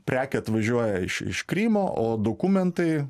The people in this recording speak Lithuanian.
prekė atvažiuoja iš iš krymo o dokumentai